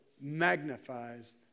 magnifies